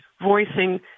voicing